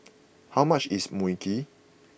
how much is Mui Kee